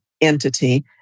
entity